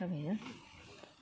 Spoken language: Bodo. जाबाय ना